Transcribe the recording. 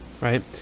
right